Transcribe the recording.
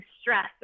stress